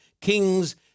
kings